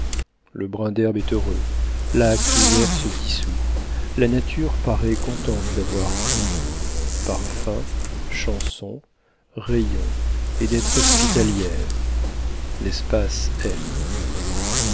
le brin d'herbe est heureux l'âcre hiver se dissout la nature parait contente d'avoir tout parfums chansons rayons et d'être hospitalière l'espace